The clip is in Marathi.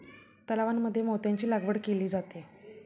तलावांमध्ये मोत्यांची लागवड केली जाते